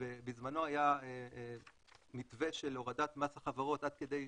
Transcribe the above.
ובזמנו היה מתווה של הורדת מס החברות עד כדי 18%,